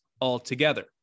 altogether